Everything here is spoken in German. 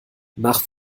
nach